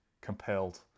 compelled